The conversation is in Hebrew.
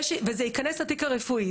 וזה ייכנס לתיק הרפואי,